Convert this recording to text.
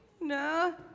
No